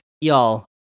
y'all